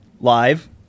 Live